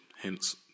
hence